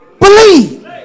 believe